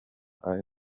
ari